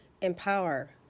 empower